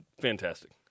fantastic